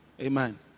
Amen